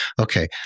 Okay